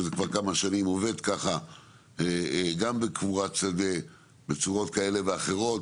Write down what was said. וזה כבר כמה שנים עובד ככה גם בקבורת שדה בצורות כאלה ואחרות,